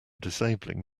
disabling